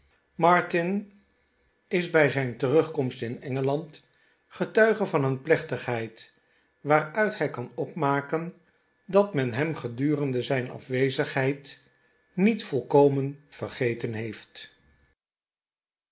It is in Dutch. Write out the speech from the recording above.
martin is blj zijn terugkomst in engeland getuige van een plechtigheid waaruit hij kan opmaken dat men hem gedurende zijn afwezigheid niet volkomen vergeten heeft